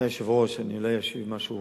1 בחודש